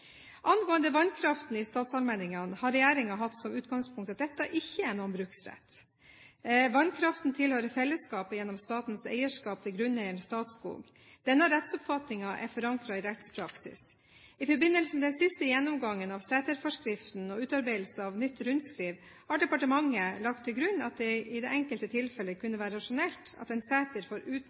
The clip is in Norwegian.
Angående vannkraften i statsallmenningene har regjeringen hatt som utgangspunkt at dette ikke er noen bruksrett. Vannkraften tilhører fellesskapet gjennom statens eierskap til grunneieren, Statskog. Denne rettsoppfatningen er forankret i rettspraksis. I forbindelse med den siste gjennomgangen av seterforskriften og utarbeidelse av nytt rundskriv har departementet lagt til grunn at det i enkelte tilfeller kunne være rasjonelt at en seter